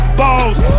balls